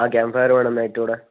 ആ ക്യാമ്പ്ഫയർ വേണം നൈറ്റോടെ